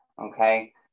Okay